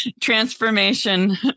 transformation